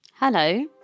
Hello